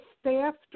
staffed